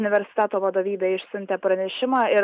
universiteto vadovybė išsiuntė pranešimą ir